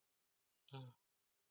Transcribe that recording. mm